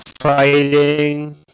fighting